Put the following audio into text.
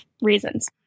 reasons